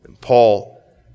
Paul